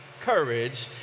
courage